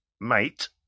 mate